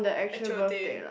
actual day